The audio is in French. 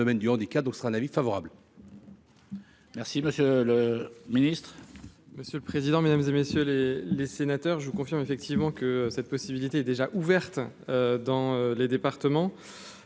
du handicap sera un avis favorable. Merci, monsieur le Ministre. Monsieur le président, Mesdames et messieurs les les sénateurs je vous confirme effectivement que cette possibilité est déjà ouverte dans les départements,